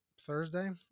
thursday